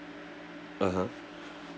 (uh huh)